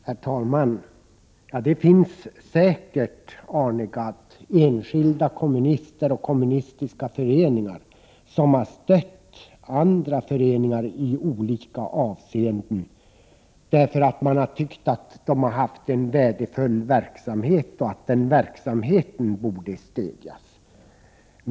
Herr talman! Det finns säkert, Arne Gadd, enskilda kommunister och kommunistiska föreningar som har stött andra föreningar i olika avseenden, därför att man har tyckt att de haft en värdefull verksamhet och att den verksamheten borde stödjas.